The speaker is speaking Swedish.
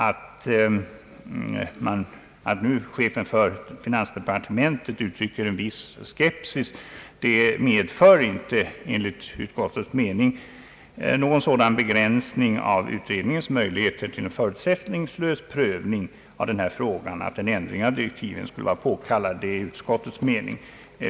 Att chefen för finansdepartementet uttrycker en viss skepsis medför dock enligt utskottets mening inte någon sådan begränsning av utredningens möjligheter till förutsättningslös prövning av denna fråga att en ändring av direktiven skulle vara påkallad heter det. Ja, det är utskottets mening.